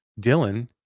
Dylan